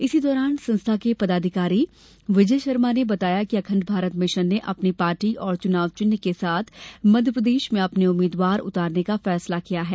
इसी दौरान संस्था के पदाधिकारी विजय शर्मा ने बताया कि अखंड भारत मिशन ने अपनी पार्टी और चुनाव चिह्न के साथ मध्यप्रदेश में अपने उम्मीदवार उतारने का फैसला किया है